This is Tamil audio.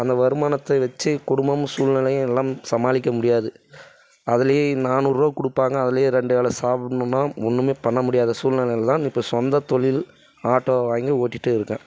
அந்த வருமானத்தை வச்சு குடும்பம் சூழ்நிலையும் எல்லாம் சமாளிக்க முடியாது அதிலே நாநூறு ரூபா கொடுப்பாங்க அதிலே ரெண்டு வேளை சாப்பிட்ணுனா ஒன்றுமே பண்ண முடியாத சூழ்நிலைலதான் இப்போ சொந்த தொழில் ஆட்டோ வாங்கி ஓட்டிகிட்டு இருக்கேன்